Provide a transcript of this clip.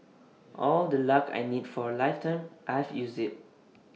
all the luck I need for A lifetime I've used IT